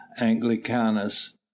anglicanus